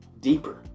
deeper